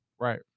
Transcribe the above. Right